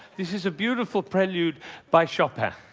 this is a beautiful prelude by chopin.